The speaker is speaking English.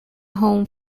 home